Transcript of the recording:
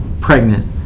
pregnant